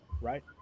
right